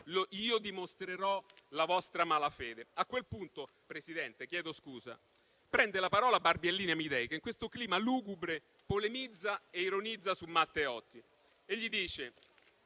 «Io dimostrerò la vostra mala fede». A quel punto prende la parola Barbiellini Amidei, che in questo clima lugubre polemizza e ironizza su Matteotti e gli dice: